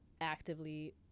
actively